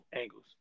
angles